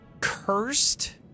cursed